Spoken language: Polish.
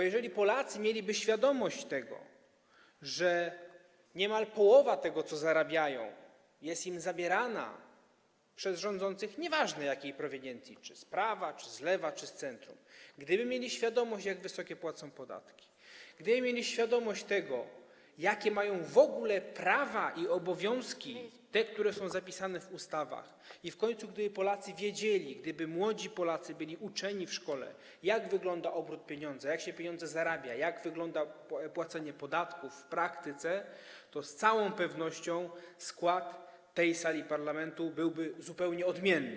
Jeżeli Polacy mieliby świadomość, że niemal połowa tego, co zarabiają, jest im zabierana przez rządzących, nieważne jakiej proweniencji, czy z prawa, czy z lewa, czy z centrum, gdyby mieli świadomość, jak wysokie płacą podatki, gdyby mieli świadomość, jakie mają w ogóle prawa i obowiązki, które są zapisane w ustawach, gdyby w końcu Polacy, młodzi Polacy byli uczeni w szkole, jak wygląda obrót pieniędzmi, jak się pieniądze zarabia, jak wygląda płacenie podatków w praktyce, to z całą pewnością skład tej sali parlamentu byłby zupełnie odmienny.